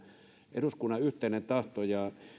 eduskunnan yhteinen tahto